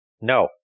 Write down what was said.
No